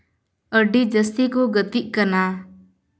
ᱟᱹᱰᱤ ᱡᱟᱹᱥᱛᱤ ᱠᱚ ᱜᱟᱛᱮᱜ ᱠᱟᱱᱟ